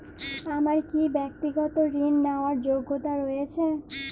আমার কী ব্যাক্তিগত ঋণ নেওয়ার যোগ্যতা রয়েছে?